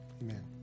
Amen